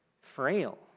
Frail